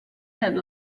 had